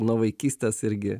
nuo vaikystės irgi